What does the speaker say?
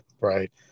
right